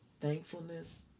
thankfulness